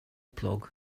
plug